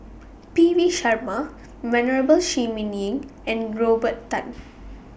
P V Sharma Venerable Shi Ming Yi and Robert Tan